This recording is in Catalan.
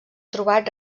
trobat